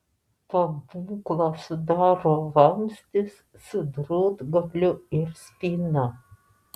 pabūklą sudaro vamzdis su drūtgaliu ir spyna